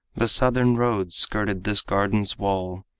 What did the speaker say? the southern road skirted this garden's wall,